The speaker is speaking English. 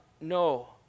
no